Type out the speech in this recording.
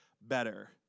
better